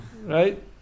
Right